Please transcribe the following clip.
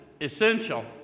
essential